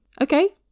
okay